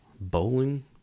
Bowling